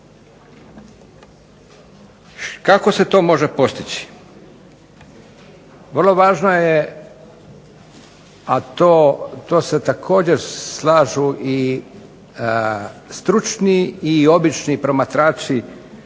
Kako se to može postići? Vrlo važno je, a to se također slažu i stručni i obični promatrači